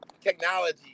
technology